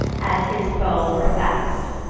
as his foe profess'd,